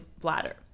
bladder